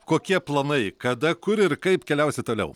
kokie planai kada kur ir kaip keliausi toliau